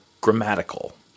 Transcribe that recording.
grammatical